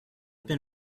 been